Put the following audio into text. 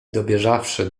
dobieżawszy